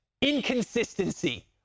inconsistency